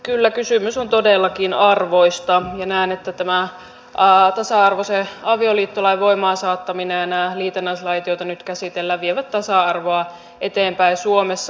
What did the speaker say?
kyllä kysymys on todellakin arvoista ja näen että tämä tasa arvoisen avioliittolain voimaansaattaminen ja nämä liitännäislait joita nyt käsitellään vievät tasa arvoa eteenpäin suomessa